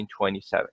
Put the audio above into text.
1927